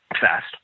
Fast